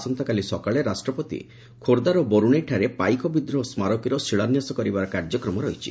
ଆସନ୍ତାକାଲି ସକାଳେ ରାଷ୍ଟପତି ଖୋର୍ବ୍ବାର ବରୁଣେଇଠାରେ ପାଇକ ବିଦ୍ରୋହ ସ୍କାରକୀର ଶିଳାନ୍ୟାସ କରିବା କାର୍ଯ୍ୟକ୍ରମ ରହିଛି